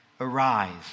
Arise